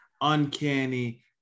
uncanny